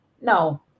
No